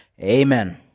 Amen